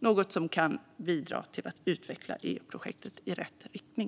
vilket kan bidra till att utveckla EU-projektet i rätt riktning.